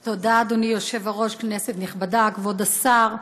תודה, אדוני היושב-ראש, כנסת נכבדה, כבוד השר,